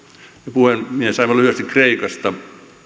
puhemies aivan lyhyesti kreikasta